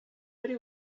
hori